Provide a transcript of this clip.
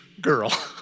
girl